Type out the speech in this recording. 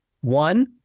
One